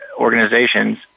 organizations